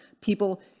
People